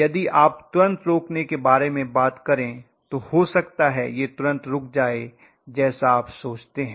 यदि आप तुरंत रोकने के बारे में बात करें तो हो सकता है यह तुरंत रूक जाए जैसा आप सोचते हैं